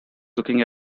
looking